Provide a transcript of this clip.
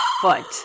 foot